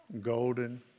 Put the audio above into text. Golden